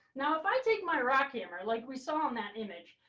now, if i take my rock hammer, like we saw in that image,